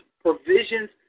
provisions